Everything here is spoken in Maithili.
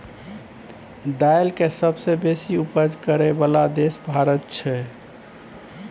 दाइल के सबसे बेशी उपज करइ बला देश भारत छइ